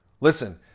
Listen